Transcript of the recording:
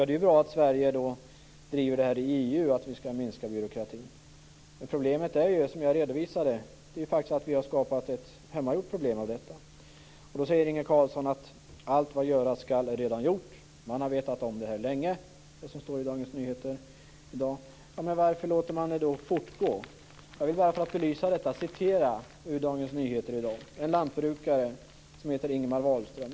Det är bra att Sverige driver frågan om att minska byråkratin i EU. Men problemet är ju det som jag redovisade. Vi har faktiskt skapat ett hemmagjort problem. Inge Carlsson säger: Allt vad göras skall är redan gjort. Man har vetat om det som står i Dagens Nyheter i dag länge. Varför låter man det då fortgå? Jag vill bara för att belysa detta citera ur Dagens Nyheter i dag. Det handlar om en lantbrukare som heter Ingemar Wahlström.